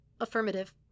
Affirmative